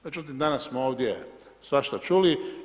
Međutim, danas smo ovdje svašta čuli.